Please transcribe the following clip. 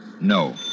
No